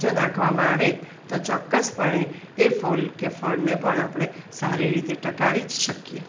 જો નાખવામાં આવે તો ચોક્કસપણે એ ફૂલ કે ફળને પણ આપણે સારી રીતે ટકાવી શકીએ